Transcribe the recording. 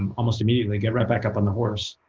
um almost immediately, get right back up on the horse.